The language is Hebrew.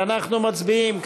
ואנחנו מצביעים.